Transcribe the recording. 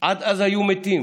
עד אז היו מתים